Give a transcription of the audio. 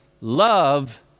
Love